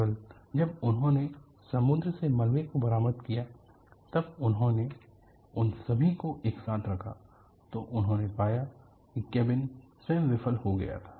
केवल जब उन्होंने समुद्र से मलबे को बरामद किया जब उन्होंने उन सभी को एक साथ रखा तो उन्होंने पाया कि केबिन स्वयं विफल हो गया था